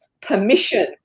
permission